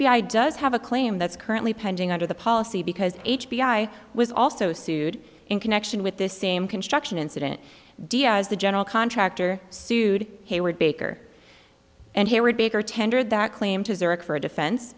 b i does have a claim that's currently pending under the policy because h b i was also sued in connection with this same construction incident diaz the general contractor sued hayward baker and here were baker tendered that claim to zurich for a defense